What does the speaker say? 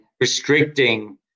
restricting